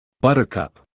Buttercup